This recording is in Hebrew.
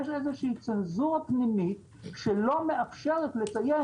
יש איזושהי צנזורה פנימית שלא מאפשרת לציין